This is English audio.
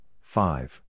five